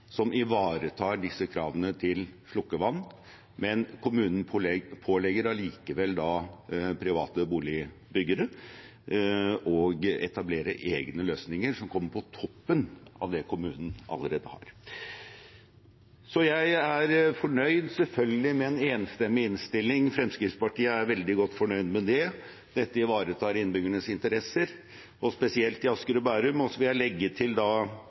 som ivaretar disse kravene til slukkevann, men kommunen pålegger likevel private boligbyggere å etablere egne løsninger som kommer på toppen av det kommunen allerede har. Jeg er selvfølgelig fornøyd med en enstemmig innstilling. Fremskrittspartiet er veldig godt fornøyd med det. Dette ivaretar innbyggernes interesser, spesielt i Asker og Bærum. Så vil jeg legge til